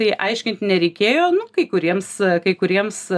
tai aiškint nereikėjo kai kuriems kai kuriems